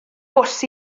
bws